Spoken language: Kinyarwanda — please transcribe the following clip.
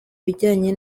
bijyanye